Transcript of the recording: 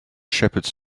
shepherds